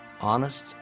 honest